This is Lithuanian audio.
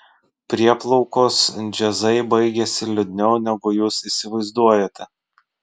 prieplaukos džiazai baigiasi liūdniau negu jūs įsivaizduojate